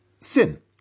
sin